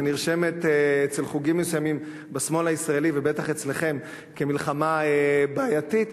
שנרשמת אצל חוגים מסוימים בשמאל הישראלי ובטח אצלכם כמלחמה בעייתית,